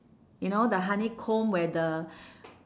you know the honeycomb where the